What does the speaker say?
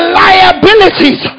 liabilities